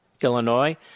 Illinois